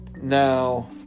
Now